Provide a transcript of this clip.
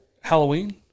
Halloween